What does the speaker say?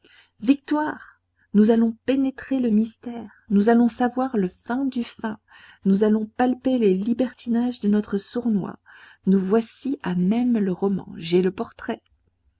victoire nous allons pénétrer le mystère nous allons savoir le fin du fin nous allons palper les libertinages de notre sournois nous voici à même le roman j'ai le portrait